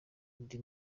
indi